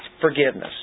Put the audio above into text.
forgiveness